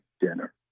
dinner